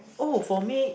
oh for me